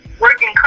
working